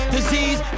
Disease